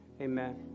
Amen